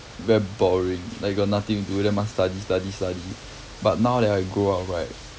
very boring like got nothing to do then must study study study but now that I grow up right